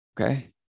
okay